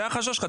זה החשש שלך,